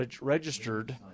registered